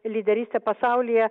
lyderystę pasaulyje